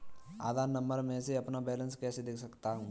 आधार number से मैं अपना बैलेंस कैसे देख सकता हूँ?